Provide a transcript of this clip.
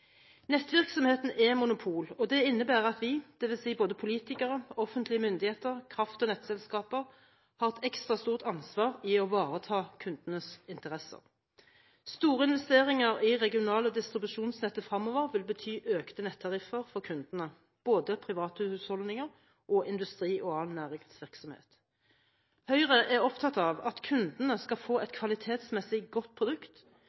Nettvirksomheten er et monopol, og det innebærer at vi, dvs. både politikere, offentlige myndigheter, kraft- og nettselskaper, har et ekstra stort ansvar i å ivareta kundenes interesser. Store investeringer i regional- og distribusjonsnettet fremover vil bety økte nettariffer for kundene, både private husholdninger, industri og annen næringsvirksomhet. Høyre er opptatt av at kundene skal få et kvalitetsmessig godt produkt